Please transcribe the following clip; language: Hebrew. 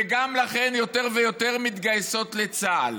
ולכן יותר ויותר מתגייסות לצה"ל.